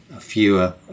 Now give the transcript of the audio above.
fewer